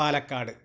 Palakkad